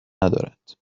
ندارد